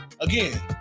Again